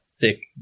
thick